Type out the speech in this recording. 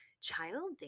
child